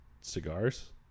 cigars